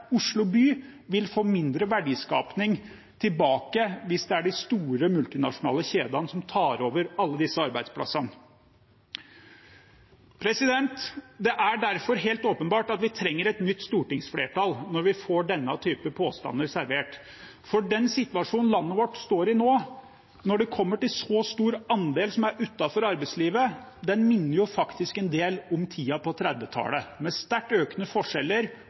Oslo by vil få mindre verdiskaping tilbake hvis det er de store multinasjonale kjedene som tar over alle slike arbeidsplasser. Det er derfor helt åpenbart at vi trenger et nytt stortingsflertall, når vi får denne typen påstander servert. Den situasjonen landet vårt står i nå, når det blir en så stor andel som er utenfor arbeidslivet, minner faktisk en del om 1930-tallet, med sterkt økende forskjeller